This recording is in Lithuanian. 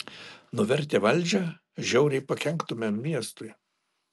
nuvertę valdžią žiauriai pakenktumėme miestui